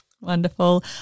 Wonderful